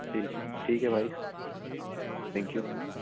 جی ٹھیک ہے بھائی تھینک یو